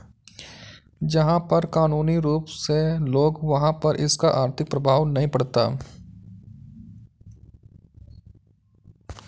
जहां कर कानूनी रूप से लगे वहाँ पर इसका आर्थिक प्रभाव नहीं पड़ता